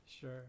Sure